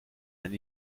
ein